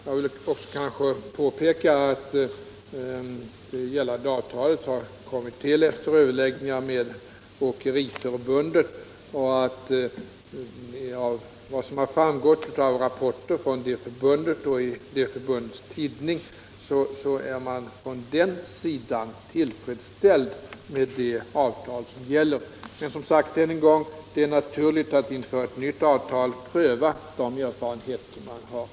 Jag vill peka på att avtalet har kommit till efter överläggningar med Åkeriförbundet, och av vad som framgår av rapporter av det förbundet och dess tidning är man från den sidan tillfredsställd med det avtal som gäller. Jag vill emellertid upprepa att det är naturligt att man inför ett nytt avtal prövar de erfarenheter som vunnits.